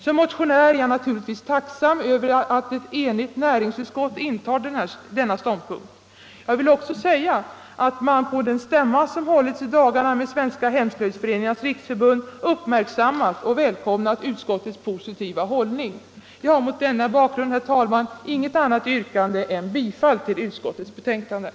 Som motionär är jag naturligtvis tacksam över att ett enigt näringsutskott intar denna ståndpunkt; jag vill också säga att man på den stämma som hållits i dagarna med Svenska hemslöjdsföreningarnas riksförbund uppmärksammat och välkomnat utskottets positiva hållning. Jag har mot denna bakgrund, herr talman, inget annat yrkande än bifall till utskottets hemställan.